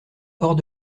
hors